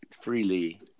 freely